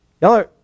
Y'all